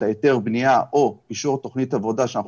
את היתר הבנייה או את אישור תוכנית העבודה כשאנחנו